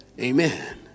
Amen